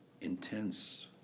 Intense